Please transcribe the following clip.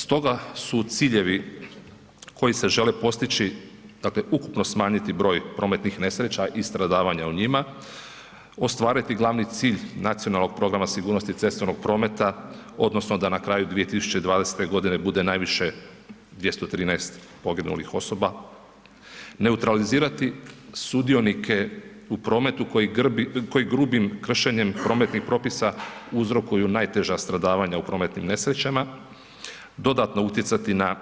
Stoga, su ciljevi koji se žele postići, dakle ukupno smanjiti broj prometnih nesreća i stradavanja u njima, ostvariti glavni cilj nacionalnog programa sigurnosti cestovnog prometa odnosno da na kraju 2020. godine bude najviše 213 poginulih osoba, neutralizirati sudionike u prometu koji grubim kršenjem prometnih propisa uzrokuju najteža stradavanja u prometnim nesrećama, dodatno utjecati na